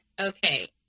okay